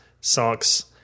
socks